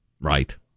Right